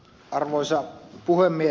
arvoisa puhemies